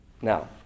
Now